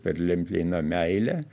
perlimplino meilė